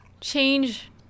change